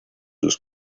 los